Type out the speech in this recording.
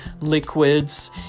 liquids